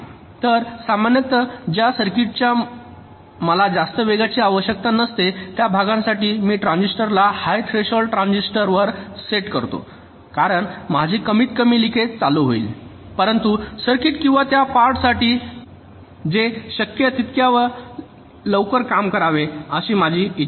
तर सामान्यत ज्या सर्किटच्या मला जास्त वेगाची आवश्यकता नसते त्या भागांसाठी मी ट्रान्झिस्टरला हाय थ्रेशोल्ड ट्रान्झिस्टर वर सेट करतो कारण माझे कमीतकमी लिकेज चालू होईल परंतु सर्किट किंवा त्या पार्टस साठी जे शक्य तितक्या लवकर काम करावे अशी माझी इच्छा आहे